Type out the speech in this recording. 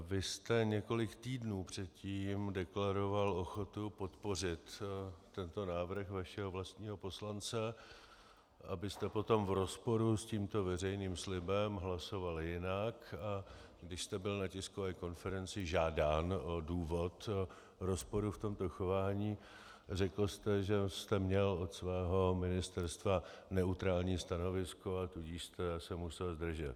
Vy jste několik týdnů předtím deklaroval ochotu podpořit tento návrh vašeho vlastního poslance, abyste potom v rozporu s tímto veřejným slibem hlasoval jinak, a když jste byl na tiskové konferenci žádán o důvod rozporu v tomto chování, řekl jste, že jste měl od svého ministerstva neutrální stanovisko, a tudíž jste se musel zdržet.